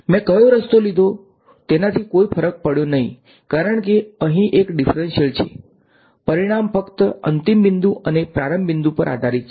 મેં કયો રસ્તો લીધો તેનાથી કોઈ ફરક પડ્યો નહીં કારણ કે આ અહીં એક ડીફરંશીયલ છે પરિણામ ફક્ત અંતિમ બિંદુ અને પ્રારંભિક બિંદુ પર આધારિત છે